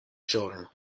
children